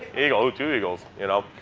eagle. oh, two eagles. you know.